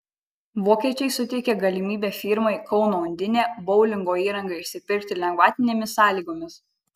vokiečiai suteikė galimybę firmai kauno undinė boulingo įrangą išsipirkti lengvatinėmis sąlygomis